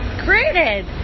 created